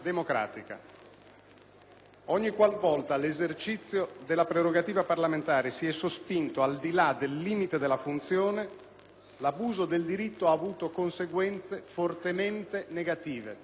Ogniqualvolta l'esercizio della prerogativa parlamentare si è sospinto al di là del limite della funzione, l'abuso del diritto ha avuto conseguenze fortemente negative